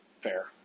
fair